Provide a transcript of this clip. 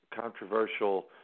controversial